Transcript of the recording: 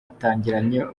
yatangiranye